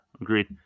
Agreed